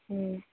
ہوں